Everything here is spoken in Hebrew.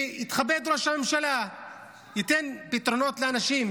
יתכבד ראש הממשלה וייתן פתרונות לאנשים,